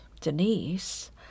Denise